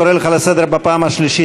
אני קורא אותך לסדר בפעם השלישית.